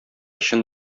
чын